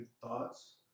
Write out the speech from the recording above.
thoughts